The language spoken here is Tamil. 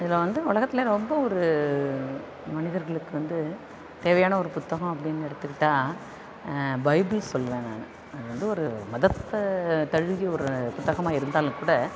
இதில் வந்து உலகத்தில் ரொம்ப ஒரு மனிதர்களுக்கு வந்து தேவையான ஒரு புத்தகம் அப்படினு எடுத்துக்கிட்டால் பைபிள் சொல்லுவேன் நான் அது வந்து ஒரு மதத்தை தழுவிய ஒரு புத்தகமாக இருந்தாலும் கூட